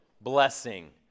blessing